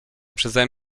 przeze